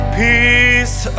peace